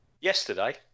Yesterday